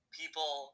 people